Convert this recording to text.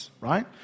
right